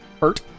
hurt